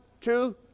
two